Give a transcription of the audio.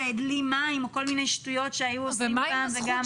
או עושה כל מיני שטויות שהיו עושים פעם וגם היום?